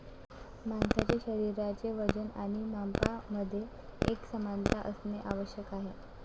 माणसाचे शरीराचे वजन आणि मापांमध्ये एकसमानता असणे आवश्यक आहे